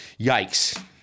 Yikes